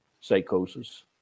psychosis